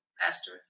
Pastor